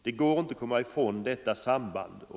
Det går inte att komma ifrån detta samband.